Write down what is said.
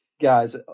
guys